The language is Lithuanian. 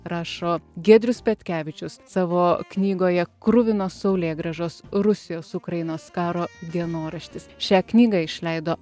rašo giedrius petkevičius savo knygoje kruvinos saulėgrąžos rusijos ukrainos karo dienoraštis šią knygą išleido